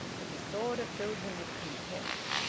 the disorder filled him with contempt.